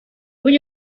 would